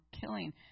killing